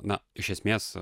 na iš esmės